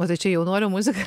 o tai čia jaunuolių muzika